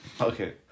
Okay